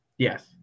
Yes